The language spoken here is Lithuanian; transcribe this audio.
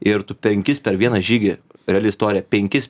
ir tu penkis per vieną žygį reali istorija penkis